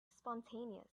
spontaneous